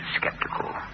skeptical